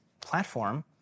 platform